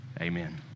Amen